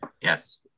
Yes